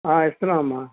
ఇస్తున్నాం అమ్మ